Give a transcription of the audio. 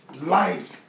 life